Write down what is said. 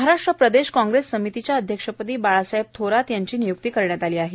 महाराष्ट्र प्रदेश कॉग्रेस समितीच्या अध्यक्षपदी बाळासाहेब थोरात यांची निय्कती करण्यात आली आहे